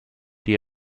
die